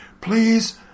please